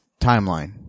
timeline